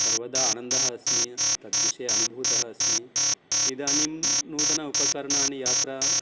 सर्वदा आनन्दः अस्मि तद्विषये अनुभूतः अस्मि इदानीं नूतनानि उपकरणानि यात्रा